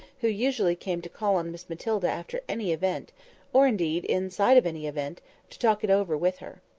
who usually came to call on miss matilda after any event or indeed in sight of any event to talk it over with her.